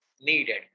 needed